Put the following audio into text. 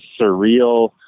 surreal